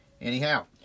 anyhow